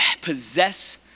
possess